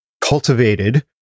cultivated